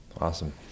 awesome